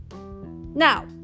Now